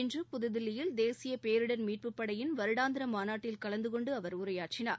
இன்று புதுதில்லியில் தேசிய பேரிடர் மீட்டுப் படையின் வருடாந்திர மாநாட்டில் கலந்துகொண்டு அவர் உரையாற்றினார்